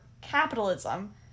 capitalism